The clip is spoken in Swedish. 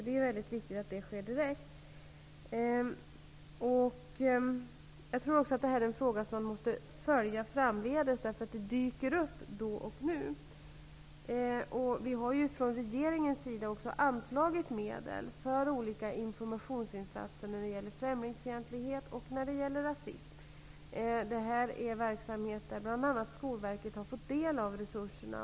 Det är väldigt viktigt att det sker direkt. Jag tror också att det här är en fråga som vi måste följa framdeles, eftersom den dyker upp nu och då. Vi har från regeringens sida anslagit medel för olika informationsinsatser när det gäller främlingsfientlighet och rasism. Skolverket har bl.a. fått del av resurserna.